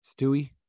stewie